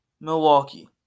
Milwaukee